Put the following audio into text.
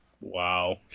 wow